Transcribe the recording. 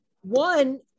one